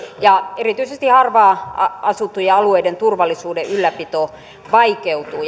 ja erityisesti harvaan asuttujen alueiden turvallisuuden ylläpito vaikeutuu